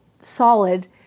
solid